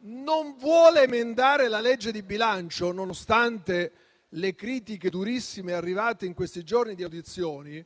non vuole emendare la legge di bilancio, nonostante le critiche durissime arrivate in questi giorni di audizioni